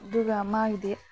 ꯑꯗꯨꯒ ꯃꯥꯒꯤꯗꯤ